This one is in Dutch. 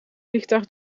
vliegtuig